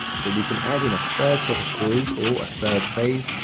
so we can add in a third set of coils, or a third phase,